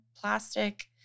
plastic